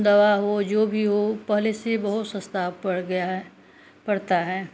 दवा हो जो भी हो पहले से बहुत सस्ता अब पर गया है परता है